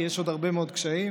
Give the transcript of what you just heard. כי יש עוד הרבה מאוד קשיים,